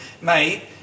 mate